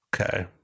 okay